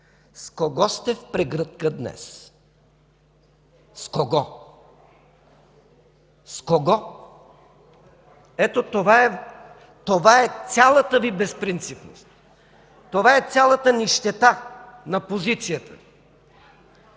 с кого сте в прегръдка днес? С кого? С кого? Ето, това е цялата Ви безпринципност. Това е цялата нищета на позицията.